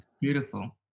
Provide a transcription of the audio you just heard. beautiful